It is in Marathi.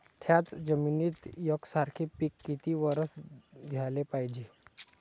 थ्याच जमिनीत यकसारखे पिकं किती वरसं घ्याले पायजे?